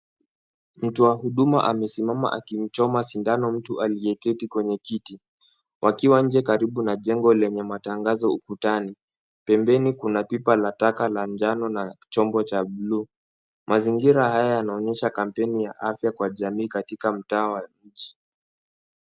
Mtu wa huduma amesimama akimchoma sindano mtu aliyeketi kwenye kiti. Wakiwa nje karibu na jengo lenye matangazo ukutani. Pembeni kuna pipa la taka la njano na chombo cha bluu. Mazingira haya yanaonyesha kampeni ya afya kwa jamii katika mtaa wa nchi.